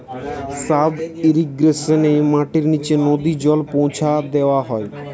sub ইর্রিগেশনে মাটির নিচে নদী জল পৌঁছা দেওয়া হয়